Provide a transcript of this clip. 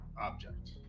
object